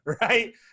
right